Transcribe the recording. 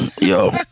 Yo